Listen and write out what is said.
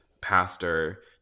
pastor